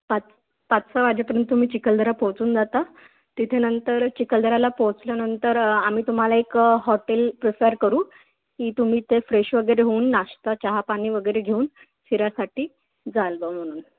पाच पाच सहा वाजेपर्यंत तुम्ही चिखलदरा पोचून जाता तिथे नंतर चिखलदराला पोचल्यानंतर आम्ही तुम्हाला एक हॉटेल प्रेफर करू की तुम्ही ते फ्रेश वगैरे होऊन नाश्ता चहा पाणी वगैरे घेऊन फिरायसाठी जाल बा म्हणून